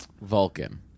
Vulcan